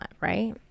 Right